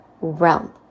realm